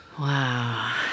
Wow